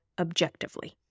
objectively